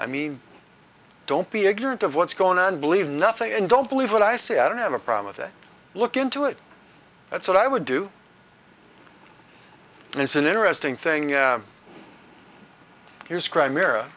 i mean don't be ignorant of what's going on believe nothing and don't believe what i say i don't have a problem with it look into it that's what i would do and it's an interesting thing here's crime era